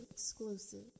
exclusive